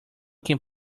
can